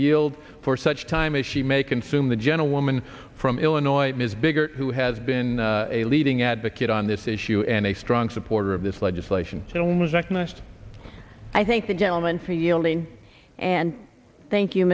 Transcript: yield for such time as she may consume the gentlewoman from illinois ms bigger who has been a leading advocate on this issue and a strong supporter of this legislation and was recognized i think the gentleman for yielding and thank you